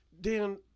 Dan